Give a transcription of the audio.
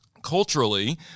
Culturally